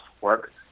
work